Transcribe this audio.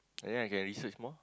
and then I can research more